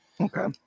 Okay